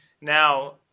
Now